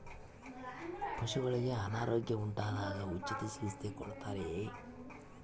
ಪಶುಗಳಿಗೆ ಅನಾರೋಗ್ಯ ಉಂಟಾದಾಗ ಉಚಿತ ಚಿಕಿತ್ಸೆ ಕೊಡುತ್ತಾರೆಯೇ?